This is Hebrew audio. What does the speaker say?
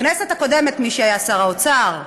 בכנסת הקודמת, מי שהיה שר האוצר,